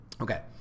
Okay